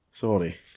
Sorry